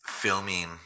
Filming